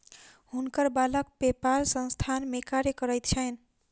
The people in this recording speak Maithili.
हुनकर बालक पेपाल संस्थान में कार्य करैत छैन